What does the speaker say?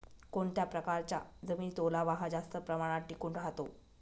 कोणत्या प्रकारच्या जमिनीत ओलावा हा जास्त प्रमाणात टिकून राहतो?